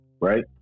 Right